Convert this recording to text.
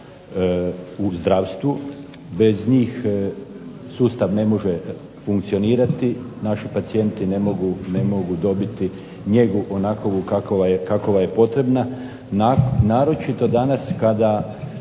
u zdravstvu. Bez njih sustav ne može funkcionirati. Naši pacijenti ne mogu dobiti njegu onakovu kakova je potrebna naročito danas kada